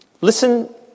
Listen